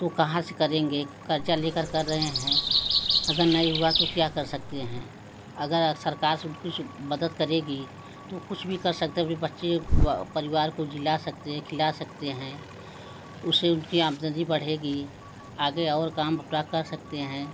तो कहाँ से करेंगे कर्ज़ा लेकर कर रहे हैं अगर नहीं हुआ तो क्या कर सकते हैं अगर सरकार मदद करेगी तो वो कुछ भी कर सकते है विपक्षी व परिवार को जिला सकते हैं खिला सकते हैं उससे उनकी आमदनी बढ़ेगी आगे और काम प्राप्त कर सकते हैं